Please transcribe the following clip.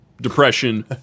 depression